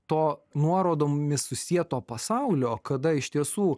to nuorodomis susieto pasaulio kada iš tiesų